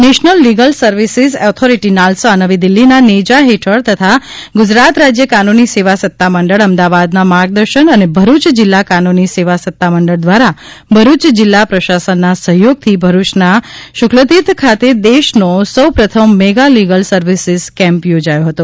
national legal services ઓથોરીટીનાલસા નવી દિલ્હીના નેજા ફેઠળ તથા ગુજરાત રાજ્ય કાનુની સેવા સત્તા મંડળ અમદાવાદના માર્ગદર્શન અને ભરૂચ જિલ્લા કાનુની સેવા સત્તા મંડળ દ્વારા ભરૂચ જિલ્લા પ્રશાસનના સહયોગથી ભરૂચના શુકલતીર્થ ખાતે દેશનો સૌપ્રથમ મેગા લીગલ સર્વિસીસ કેમ્પ યોજાયો હતો